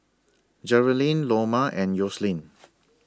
Jerilynn Loma and Yoselin